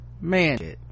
man